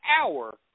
hour